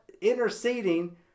interceding